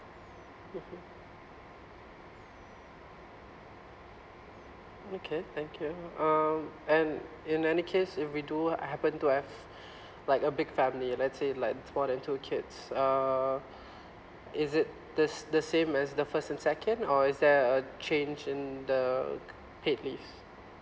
mmhmm okay thank you um and in any case if we do ha~ happen to have like a big family let's say like more than two kids uh is it the s~ the same as the first and second or is there a change in the paid leave